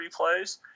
replays